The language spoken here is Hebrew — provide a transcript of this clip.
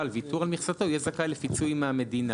על ויתור על מכסתו יהיה זכאי לפיצוי מהמדינה,